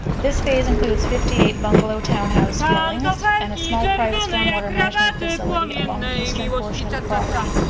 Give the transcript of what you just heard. this phase includes fifty eight bungalow townhouse dwellings and a small private stormwater management facility along the eastern portion of the property.